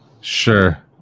Sure